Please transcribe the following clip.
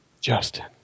Justin